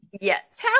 yes